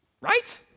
Right